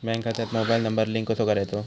Bank खात्यात mobile number link कसो करायचो?